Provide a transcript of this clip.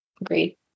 Agreed